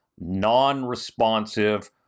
non-responsive